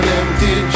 empty